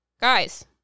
Guys